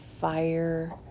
fire